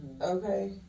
Okay